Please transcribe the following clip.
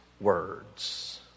words